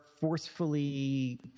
forcefully